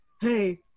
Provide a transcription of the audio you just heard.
Hey